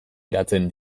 eratzen